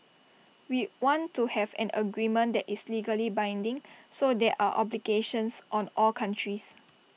we want to have an agreement that is legally binding so there are obligations on all countries